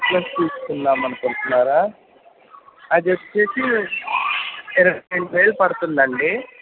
one plus తీస్కుందాం అనుకుంటున్నారా ఆది వచ్చేసి ఇరవై రెండు వేలు పడుతుంది అండి